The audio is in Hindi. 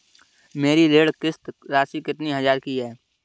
मेरी ऋण किश्त राशि कितनी हजार की है?